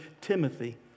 Timothy